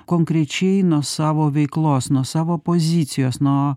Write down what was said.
konkrečiai nuo savo veiklos nuo savo pozicijos nuo